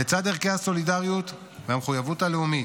לצד ערכי הסולידריות והמחויבות הלאומית,